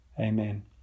Amen